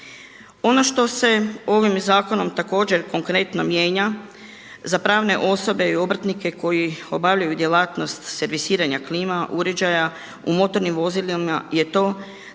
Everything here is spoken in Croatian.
Ono što se ovim zakonom također konkretno mijenja, za pravne osobe i obrtnike koji obavljaju djelatnost servisiranja klima uređaja u motornim vozilima je to